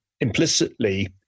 implicitly